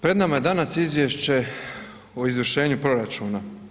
Pred nama je danas Izvješće o izvršenju proračuna.